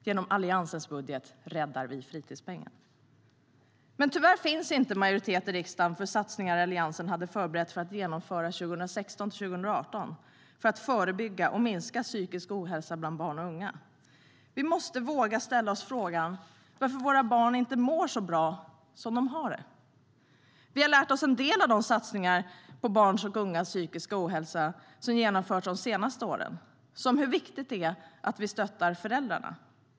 Genom Alliansens budget räddar vi fritidspengen. Men tyvärr finns inte majoritet i riksdagen för satsningar som Alliansen hade förberett för att genomföra 2016-2018 för att förebygga och minska psykisk ohälsa bland barn och unga. Vi måste våga ställa oss frågan varför våra barn inte mår så bra som de har det. Vi har lärt oss en del av de satsningar på barns och ungas psykiska hälsa som genomförts de senaste åren, till exempel hur viktigt det är att vi stöttar föräldrarna.